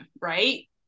right